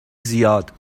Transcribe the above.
زیاد